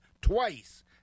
twice